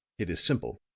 it is simple.